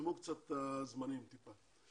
צַמצמו קצת את הזמנים טיפה,